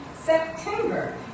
September